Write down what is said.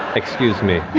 excuse me.